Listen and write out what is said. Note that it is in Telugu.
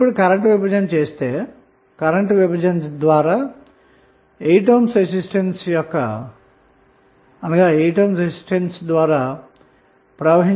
ఇప్పుడు కరెంటు విభజన ద్వారా విశ్లేషిస్తే 8 ohm రెసిస్టెన్స్ ద్వారా మనకు 0